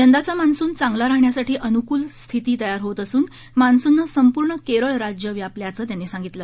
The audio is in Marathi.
यंदाचा मान्सून चांगला राहण्यासाठी अनुकूल स्थिती तयार होत असून मान्सूननं संपूर्ण केरळ राज्य व्यापल्याचं त्यांनी सांगितलं